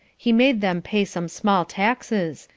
he made them pay some small taxes,